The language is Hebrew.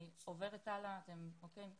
אני עוברת הלאה, אם תרצו, נעמיק.